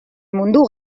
mundu